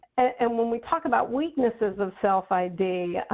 and when we talk about weaknesses of self id,